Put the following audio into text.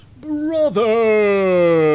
brother